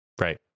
right